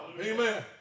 Amen